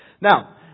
Now